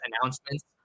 announcements